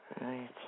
Right